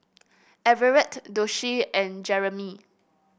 Everett Doshie and Jeramie